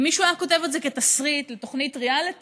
אם מישהו היה כותב את זה כתסריט לתוכנית ריאליטי,